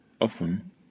Often